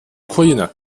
ukraine